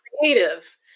creative